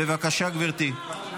בבקשה, גברתי.